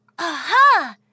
Aha